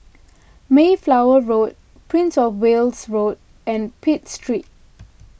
Mayflower Road Prince of Wales Road and Pitt Street